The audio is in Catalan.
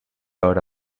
hora